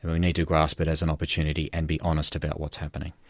we need to grasp it as an opportunity and be honest about what's happening.